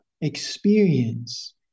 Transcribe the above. experience